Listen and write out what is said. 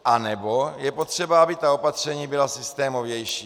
Anebo je potřeba, aby ta opatření byla systémovější.